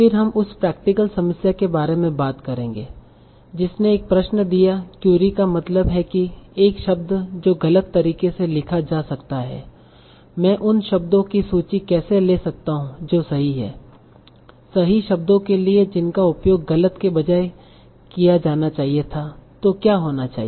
फिर हम उस प्रैक्टिकल समस्या के बारे में बात करेंगे जिसने एक प्रश्न दिया क्यूरी का मतलब है कि एक शब्द जो गलत तरीके से लिखा जा सकता है मैं उन शब्दों की सूची कैसे ले सकता हूं जो सही हैं सही शब्दों के लिए जिनका उपयोग गलत के बजाय किया जाना चाहिए था तो क्या होना चाहिए